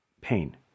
pain